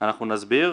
נסביר.